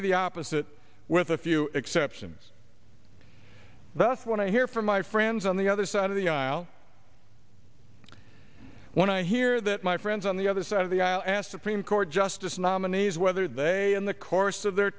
be the opposite with a few exceptions thus when i hear from my friends on the other side of the aisle when i hear that my friends on the other side of the aisle asked supreme court justice nominees whether they in the course of their